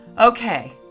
okay